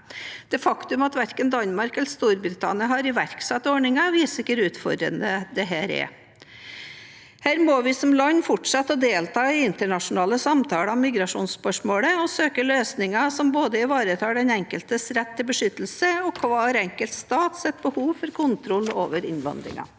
Det faktum at verken Danmark eller Storbritannina har iverksatt ordningen, viser hvor utfordrende dette er. Her må vi som land fortsette å delta i internasjonale samtaler om migrasjonsspørsmålet og søke løsninger som ivaretar både den enkeltes rett til beskyttelse og hver enkelt stats behov for kontroll over innvandringen.